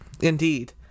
Indeed